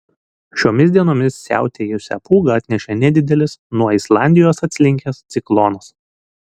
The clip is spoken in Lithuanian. šiomis dienomis siautėjusią pūgą atnešė nedidelis nuo islandijos atslinkęs ciklonas